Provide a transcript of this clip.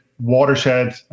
watershed